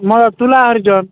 ମୋ ତୁଳା ହରିଜନ